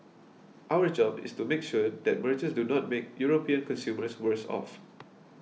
our job is to make sure that mergers do not make European consumers worse off